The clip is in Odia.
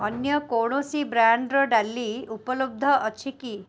ଅନ୍ୟ କୌଣସି ବ୍ରାଣ୍ଡ୍ର ଡାଲି ଉପଲବ୍ଧ ଅଛି କି